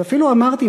ואפילו אמרתי,